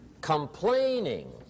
Complaining